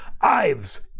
ives